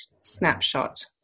snapshot